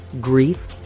grief